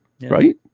right